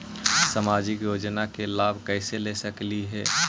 सामाजिक योजना के लाभ कैसे ले सकली हे?